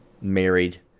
married